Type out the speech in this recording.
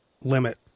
limit